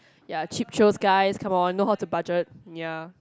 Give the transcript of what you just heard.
ya cheap thrills guys come on know how to budget ya